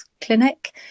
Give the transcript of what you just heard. clinic